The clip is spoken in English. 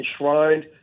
enshrined